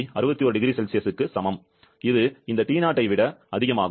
61 0C க்கு சமம் இது இந்த T0 ஐ விட அதிகமாகும்